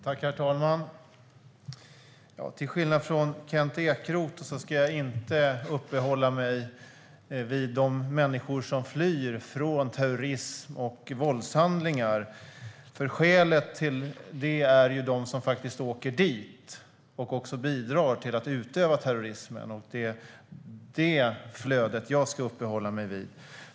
Herr talman! Till skillnad från Kent Ekeroth ska jag inte uppehålla mig vid de människor som flyr från terrorism och våldshandlingar. Ett av skälen till att de gör det är att andra åker dit och bidrar till att utöva terrorism. Det är detta flöde jag ska uppehålla mig vid.